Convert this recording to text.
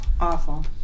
Awful